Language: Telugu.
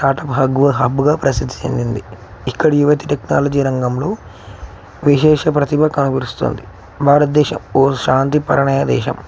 స్టార్ట్అప్ హగ్గు హబ్బగా ప్రసిద్ధి చెందింది ఇక్కడ యువతి టెక్నాలజీ రంగంలో విశేష ప్రతిభ కనపరుస్తోంది భారతదేశం ఓ శాంతి పరమైన దేశం